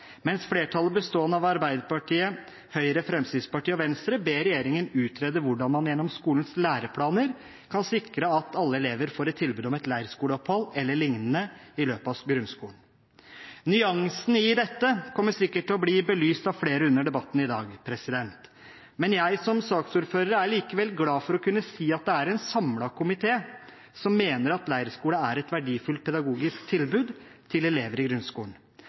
mens flertallet, bestående av Arbeiderpartiet, Høyre, Fremskrittspartiet og Venstre, ber regjeringen utrede hvordan man gjennom skolens læreplaner kan sikre at alle elever får et tilbud om et leirskoleopphold e.l. i løpet av grunnskolen. Nyansene i dette kommer sikkert til å bli belyst av flere under debatten i dag. Jeg som saksordfører er likevel glad for å kunne si at det er en samlet komité som mener at leirskole er et verdifullt pedagogisk tilbud til elever i grunnskolen